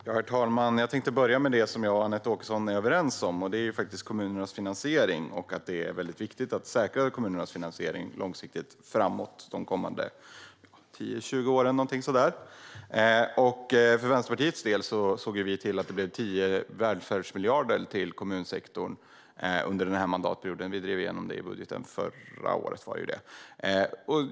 Herr talman! Jag tänker börja med det som jag och Anette Åkesson är överens om, nämligen att det är viktigt att säkra kommunernas finansiering på lång sikt, för de kommande 10-20 åren sådär. Vänsterpartiet såg till att det blev 10 välfärdsmiljarder till kommunsektorn under den här mandatperioden. Det drev vi igenom i budgeten förra året.